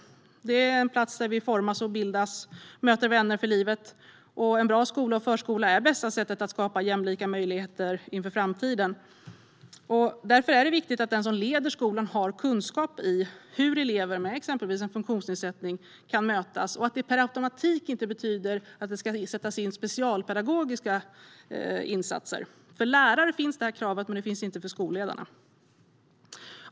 Skolan är en plats där man formas och möter vänner för livet. En bra skola och förskola är det bästa sättet att skapa jämlika möjligheter inför framtiden. Därför är det viktigt att den som leder skolan har kunskap om hur elever med exempelvis en funktionsnedsättning kan mötas och att det inte per automatik betyder att det ska sättas in specialpedagogiska insatser. Det kravet finns för lärare, men det finns inte för skolledare.